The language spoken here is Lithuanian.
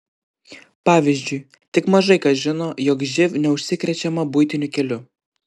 pavyzdžiui tik mažai kas žino jog živ neužsikrečiama buitiniu keliu